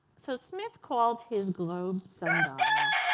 so smith called his globe sundial